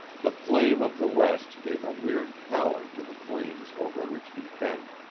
the flame of the west gave a weird pallor to the flames over which he bent.